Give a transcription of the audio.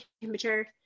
temperature